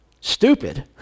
stupid